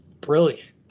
brilliant